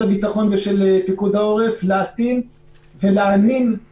הביטחון ופיקוד העורף להנעים את החדרים.